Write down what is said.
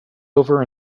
over